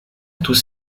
tous